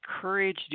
courage